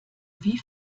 wie